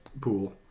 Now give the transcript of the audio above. pool